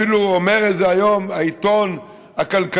אפילו אומר את זה היום העיתון הכלכלי